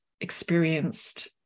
experienced